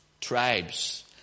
tribes